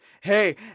Hey